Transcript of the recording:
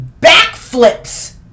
backflips